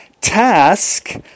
task